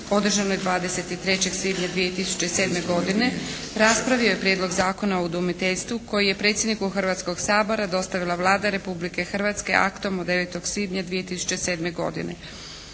održanoj 23. svibnja 2007. godine raspravio je Prijedlog Zakona o udomiteljstvu koji je predsjedniku Hrvatskog sabora dostavila Vlada Republike Hrvatske aktom od 9. svibnja 2007. godine.